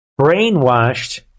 brainwashed